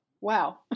Wow